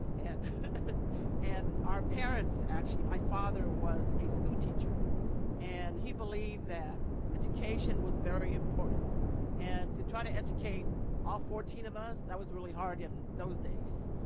and and our parents actually my father was a school teacher and he believed that education was very important and to try to educate all fourteen of us that was really hard in those days.